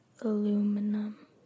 aluminum